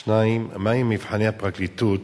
2. מה הם מבחני הפרקליטות